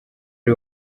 uri